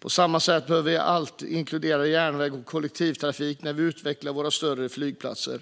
På samma sätt bör vi alltid inkludera järnväg och kollektivtrafik när vi utvecklar våra större flygplatser.